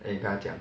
then 你跟他讲